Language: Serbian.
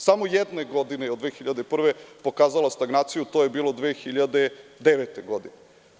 Samo jedne godine je od 2001. pokazala stagnaciju, a to je bilo 2009. godine.